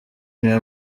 niwe